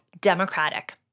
democratic